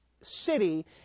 city